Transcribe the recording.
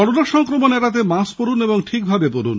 corona সংক্রমণ এড়াতে mask পরুন ও ঠিক ভাবে পরুন